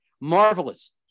marvelous